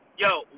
Yo